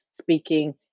speaking